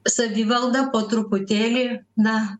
savivalda po truputėlį na